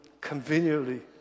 conveniently